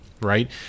right